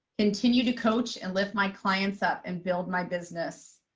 continue to coach and lift my clients up and build my business.